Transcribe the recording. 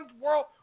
world